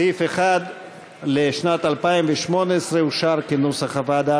סעיף 1 לשנת 2018 אושר כנוסח הוועדה.